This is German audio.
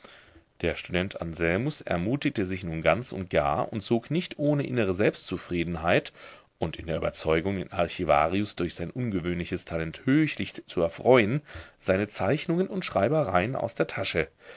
der student anselmus ermutigte sich nun ganz und gar und zog nicht ohne innere selbstzufriedenheit und in der überzeugung den archivarius durch sein ungewöhnliches talent höchlich zu erfreuen seine zeichnungen und schreibereien aus der tasche